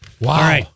Wow